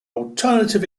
alternative